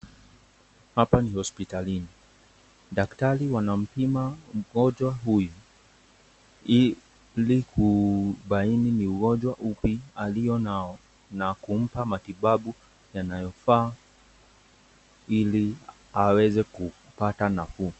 Hapa ni hospitali, daktari anampima mgonjwa huyu, ili kubaini ni ugonjwa upi aliyo nayo ilikumpa matibabu yanayofaa ili aweze kupata nafuu.